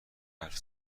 حرف